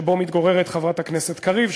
שבו מתגוררת חברת הכנסת קריב,